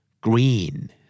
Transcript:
Green